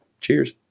cheers